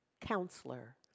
counselor